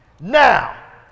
Now